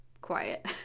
quiet